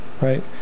Right